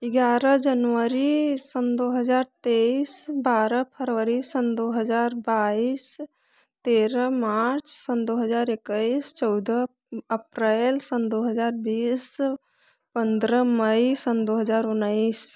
ग्यारह जनवरी सन दो हजार तेईस बारह फरवरी सन दो हजार बाईस तेरह मार्च सन दो हजार इक्कीस चौदह अप्रैल सन दो हजार बीस पंद्रह मई सन दो हजार उन्नीस